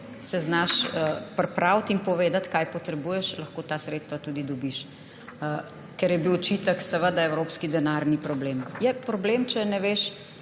se znaš pripraviti in povedati, kaj potrebuješ, lahko ta sredstva tudi dobiš. Bil je očitek, da evropski denar ni problem. Je problem, če ne veš,